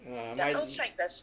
ah my